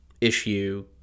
issue